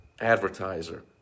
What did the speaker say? advertiser